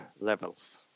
levels